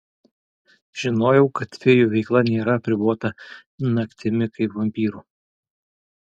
žinojau kad fėjų veikla nėra apribota naktimi kaip vampyrų